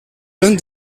l’un